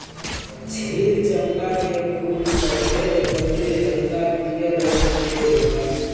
क्षीर चंपा के फूल सफ़ेद अउरी हल्का पियर रंग के होला